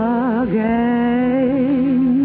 again